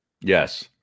Yes